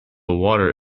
water